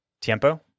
Tiempo